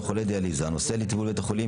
חולה דיאליזה הנוסע לטיפול בבית חולים,